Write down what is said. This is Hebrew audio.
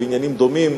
בעניינים דומים,